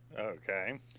Okay